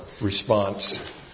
response